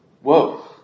Whoa